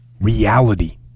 reality